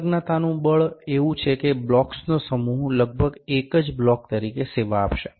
સંલગ્નતાનું બળ એવું છે કે બ્લોક્સનો સમૂહ લગભગ એક જ બ્લોક તરીકે સેવા આપશે